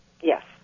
Yes